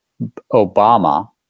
Obama